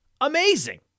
amazing